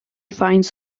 finds